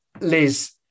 Liz